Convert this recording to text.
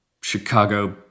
Chicago